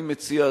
אני מציע,